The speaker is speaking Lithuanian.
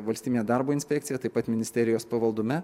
valstybinė darbo inspekcija taip pat ministerijos pavaldume